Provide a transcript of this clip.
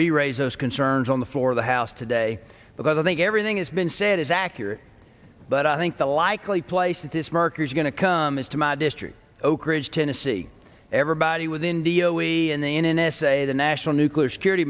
reraise those concerns on the floor of the house today but i think everything has been said is accurate but i think the likely place that this markers are going to come is to my district oakridge tennessee everybody with india we and the n s a the national nuclear security